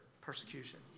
persecution